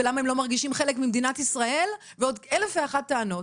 ולמה הם לא מרגישים חלק ממדינת ישראל ועוד אלף ואחת טענות.